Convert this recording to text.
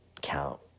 count